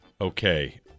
Okay